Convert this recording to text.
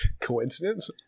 Coincidence